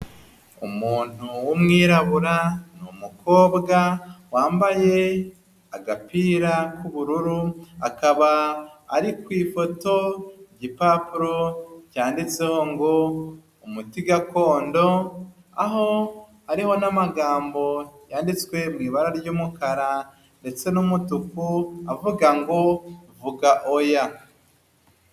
Umuntu w'umwirabura ni umukobwa wambaye agapira k'ubururu akaba ari ku ifoto, igipapuro cyanditseho ngo umuti gakondo aho hariho n'amagambo yanditswe mu ibara ry'umukara ndetse n'umutuku avuga ngo ''vuga oya''.